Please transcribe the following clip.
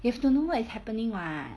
you have to know what is happening [what]